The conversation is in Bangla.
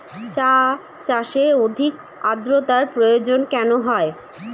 চা চাষে অধিক আদ্রর্তার প্রয়োজন কেন হয়?